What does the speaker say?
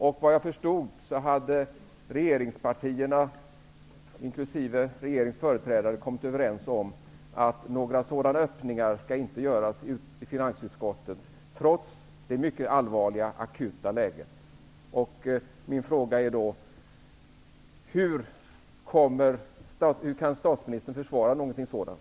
Såvitt jag förstod hade regeringspartierna, inkl. regeringens företrädare, kommit överens om att några sådana öppningar inte skall göras i finansutskottet, trots det mycket allvarliga akuta läget. Min fråga är: Hur kan statsministern försvara något sådant?